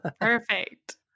Perfect